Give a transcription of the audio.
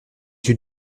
yeux